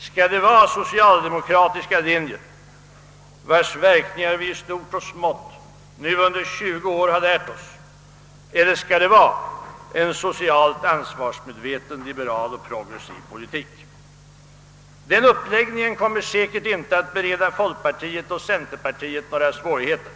Skall det vara socialdemokratiska linjer, vilkas verkningar vi i stort och smått nu under 20 år har lärt oss känna, eller skall det vara en socialt ansvarsmedveten liberal och progressiv politik? Den uppläggningen kommer säkert inte att bereda folkpartiet och centerpartiet några svårigheter.